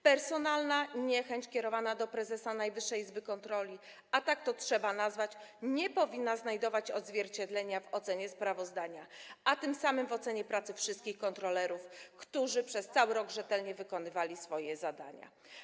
Personalna niechęć do prezesa Najwyższej Izby Kontroli, a tak to trzeba nazwać, nie powinna znajdować odzwierciedlenia w ocenie sprawozdania, a tym samym w ocenie pracy wszystkich kontrolerów, którzy przez cały rok rzetelnie wykonywali swoje zadania.